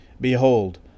Behold